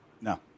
No